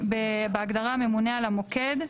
בהגדרה "ממונה על המוקד",